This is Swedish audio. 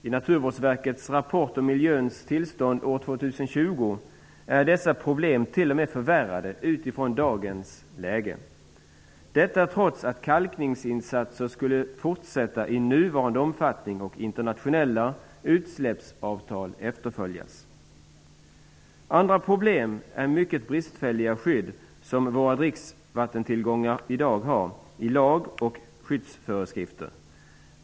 I Naturvårdsverkets rapport om miljöns tillstånd år 2020 beskrivs dessa problem t.o.m. som förvärrade i förhållande till dagens läge, trots att kalkningsinsatser skulle fortsätta i nuvarande omfattning och internationella utsläppsavtal efterföljas. Andra problem är det mycket bristfälliga skydd som våra dricksvattentillgångar i dag har, i lag och skyddsföreskrifter.